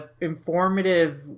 informative